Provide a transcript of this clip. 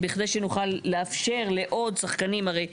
בכדי שנוכל לאפשר לעוד שחקנים להיכנס הרי,